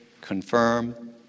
confirm